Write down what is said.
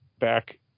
back